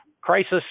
crisis